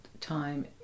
time